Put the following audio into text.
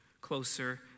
closer